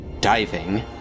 diving